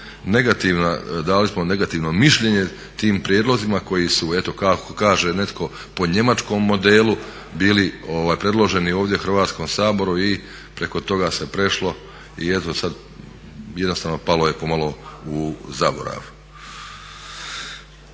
negativno mišljenje tim prijedlozima koji su eto kako kaže netko po njemačkom modelu bili predloženi ovdje Hrvatskom saboru i preko toga se prešlo. I eto sad jednostavno palo je pomalo u zaborav.